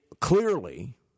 clearly